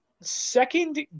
second